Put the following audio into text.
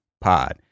Pod